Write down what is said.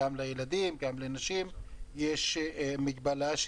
גם לילדים וגם לנשים יש מגבלה.